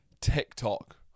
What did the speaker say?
TikTok